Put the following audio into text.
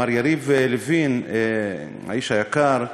מר יריב לוין, האיש היקר,